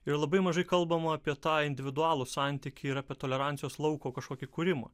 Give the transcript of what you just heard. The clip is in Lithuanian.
ir labai mažai kalbama apie tą individualų santykį ir apie tolerancijos lauko kažkokį kūrimą